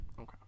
Okay